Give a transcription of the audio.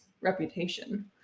reputation